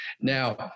Now